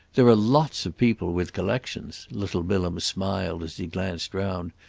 there are lots of people with collections, little bilham smiled as he glanced round.